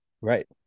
Right